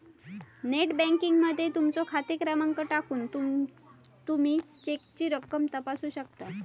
net banking मध्ये तुमचो खाते क्रमांक टाकून तुमी चेकची रक्कम तपासू शकता